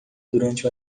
durante